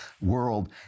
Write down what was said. world